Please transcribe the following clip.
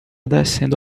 descendo